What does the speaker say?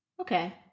okay